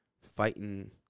fighting